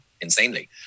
insanely